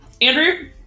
Andrew